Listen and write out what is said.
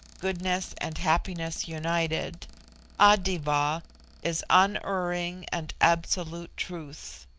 goodness and happiness united a-diva is unerring and absolute truth.